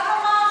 בוא נאמר,